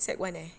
sec one eh